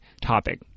topic